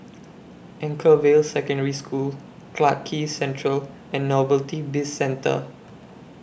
Anchorvale Secondary School Clarke Quay Central and Novelty Bizcentre